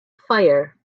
fire